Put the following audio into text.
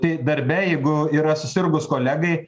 tai darbe jeigu yra susirgus kolegai